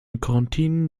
cortina